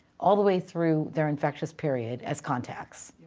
all the way through their infectious period as contacts.